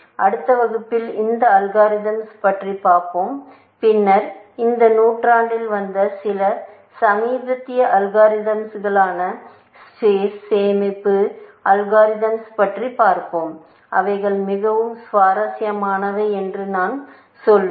அடுத்த வகுப்பில் அந்த அல்காரிதம்ஸ் பற்றி பார்ப்போம் பின்னர் இந்த நூற்றாண்டில் வந்த சில சமீபத்திய அல்காரிதம்ஸ்களான ஸ்பேஸ் சேமிப்பு அல்காரிதம்ஸ் பற்றி பார்ப்போம் அவைகள் மிகவும் சுவாரஸ்யமானவை என்று நான் சொல்வேன்